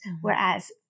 whereas